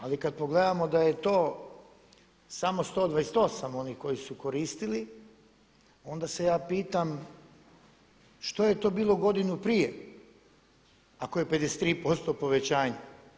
Ali kada pogledamo da je to samo 128 onih koji su koristili, onda se ja pitam što je to bilo godinu prije, ako je 53% povećanje?